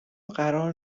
قرار